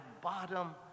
bottom